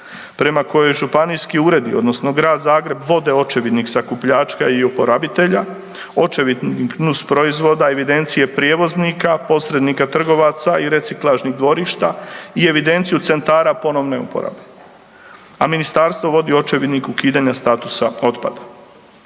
prema kojoj županjski uredi odnosno Grad Zagreb vode očevidnik sakupljača i oporabitelja, očevidnik nusproizvoda, evidencije prijevoznika, posrednika trgovaca i reciklažnih dvorišta i evidenciju centara ponovne uporabe. A ministarstvo vodi očevidnik ukidanja statusa otpada.